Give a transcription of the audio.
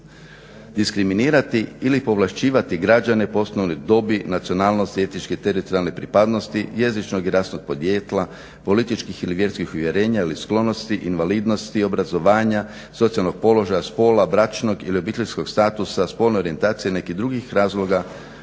diskriminirati ili povlašćivati građane … dobi, nacionalnosti, etičke i teritorijalne pripadnosti, jezičnog i rasnog podrijetla, političkih ili vjerskih uvjerenja ili sklonosti, invalidnosti, obrazovanja, socijalnog položaja, spola, bračnog ili obiteljsko statusa, spolne orijentacije ili nekih drugih razloga